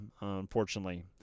unfortunately